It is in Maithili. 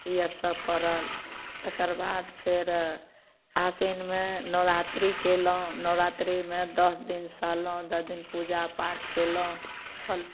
ई आओर सब पड़ल तकरबाद फेर आशीनमे नवरात्री कयलहुँ नवरात्रीमे दश दिन सहलहुँ दश दिन पूजा पाठ कयलहुँ फल फूल